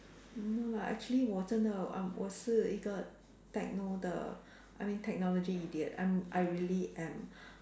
no lah actually 真的 um 我是一个 techno 的 I mean technology idiot I'm I really am